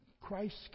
Christ